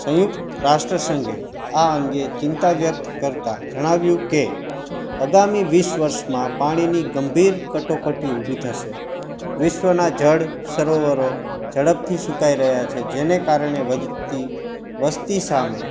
સંયુક્ત રાષ્ટ્ર સંઘે આ અંગે ચિંતા વ્યક્ત કરતા જણાવ્યું કે આગામી વીસ વર્ષમાં પાણીની ગંભીર કટોકટી ઉભી થશે વિશ્વનાં જળ સરોવરો ઝડપથી સુકાઈ રહયાં છે જેને કારણે એ વધતી વસ્તી સામે